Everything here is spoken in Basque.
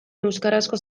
euskarazko